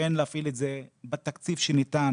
כן להפעיל את זה בתקציב שניתן,